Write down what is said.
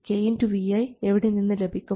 kVi എവിടെ നിന്ന് ലഭിക്കും